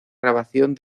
grabación